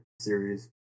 series